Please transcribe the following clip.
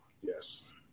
Yes